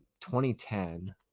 2010